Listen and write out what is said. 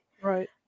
Right